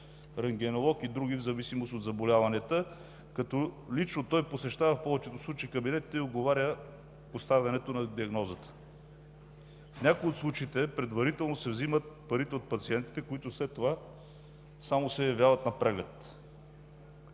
рентгенолог и други в зависимост от заболяванията, като лично той посещава в повечето случаи кабинетите и отговаря за поставянето на диагнозата. В някои от случаите предварително се взимат парите от пациентите, които след това само се явяват на преглед.